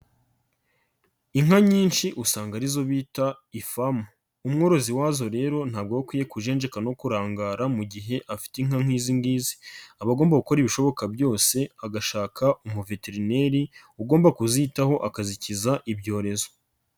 Inka nyinshi usanga arizo bita ifamu. Umworozi wazo rero ntabwo akwiye kujenjeka no kurangara mu gihe afite inka nk'izi ngizi. Aba agomba gukora ibishoboka byose, agashaka umuveterineri, ugomba kuzitaho, akazikiza ibyorezo.